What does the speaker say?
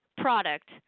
product